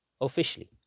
officially